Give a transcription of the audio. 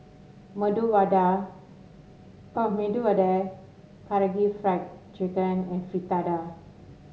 Vada Medu Vada Karaage Fried Chicken and Fritada